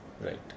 Right